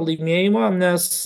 laimėjimą nes